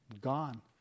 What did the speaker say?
gone